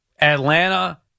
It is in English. atlanta